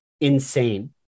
insane